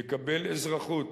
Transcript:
יקבל אזרחות,